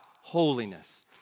holiness